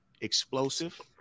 explosive